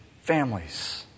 families